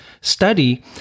study